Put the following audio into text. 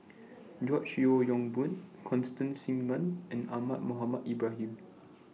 George Yeo Yong Boon Constance Singam and Ahmad Mohamed Ibrahim